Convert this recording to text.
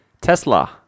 Tesla